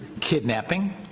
kidnapping